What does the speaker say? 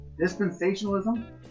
dispensationalism